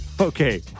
Okay